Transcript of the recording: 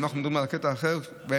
אם אנחנו מדברים על הקטע האחר והמשכו,